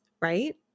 right